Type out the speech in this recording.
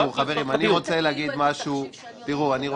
תראו, חברים, אני רוצה להגיד משהו, ברשותכם.